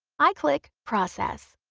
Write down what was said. i click process.